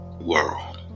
world